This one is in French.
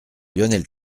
lionel